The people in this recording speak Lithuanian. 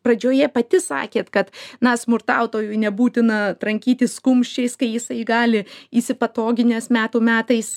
pradžioje pati sakėt kad na smurtautojui nebūtina trankytis kumščiais kai jisai gali įsipatoginęs metų metais